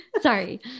sorry